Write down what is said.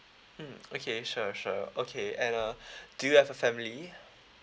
mm okay sure sure okay and uh do you have a family